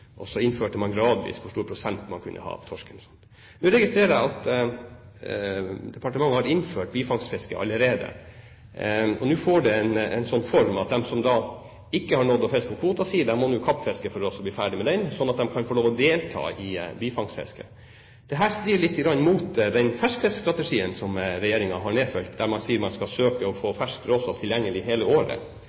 og så innførte man gradvis hvor stor prosent man kunne ha av torsk. Jeg registrerer at departementet har innført bifangstfiske allerede, og nå får det en sånn form at de som ikke har nådd å fiske opp kvoten sin, nå må kappfiske for å bli ferdig med den, slik at de kan få lov å delta i bifangstfisket. Dette strider litt mot den ferskfiskstrategien som Regjeringen har nedfelt, der man sier at man skal søke å få ferskt råstoff tilgjengelig hele året.